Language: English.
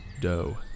doe